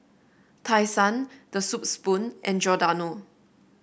Tai Sun The Soup Spoon and Giordano